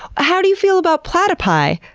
how do you feel about platypi,